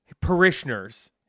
parishioners